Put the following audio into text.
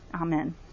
amen